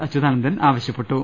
അച്യുതാനന്ദൻ ആവശ്യപ്പെട്ടു